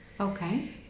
Okay